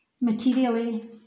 materially